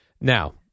Now